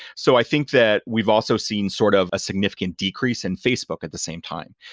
so i think that we've also seen sort of a significant decrease in facebook at the same time.